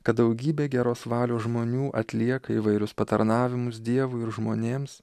kad daugybė geros valios žmonių atlieka įvairius patarnavimus dievui ir žmonėms